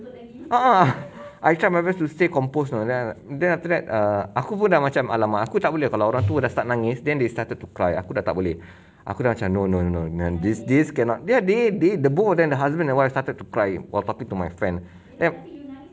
a'ah I tried my best to stay composed lah then after that err aku pun dah macam !alamak! aku tak boleh kalau orang tua dah start nangis then they started to cry aku dah tak boleh aku dah macam no no no no this this cannot dia they they the both the husband and wife started to cry while talking to my friend then